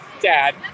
Dad